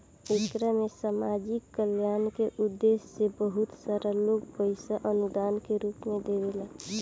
एकरा में सामाजिक कल्याण के उद्देश्य से बहुत सारा लोग पईसा अनुदान के रूप में देवेला